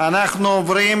אנחנו עוברים